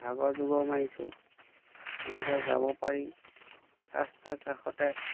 ভাগৰ জুগৰ মাৰিছোঁ এনেকৈ যাব পাৰি ৰাস্তাৰ কাষতে